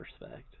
respect